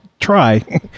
try